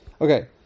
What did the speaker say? Okay